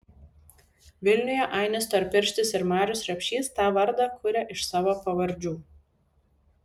vilniuje ainis storpirštis ir marius repšys tą vardą kuria iš savo pavardžių